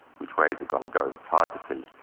which way is it going to go? it's hard to see.